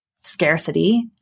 scarcity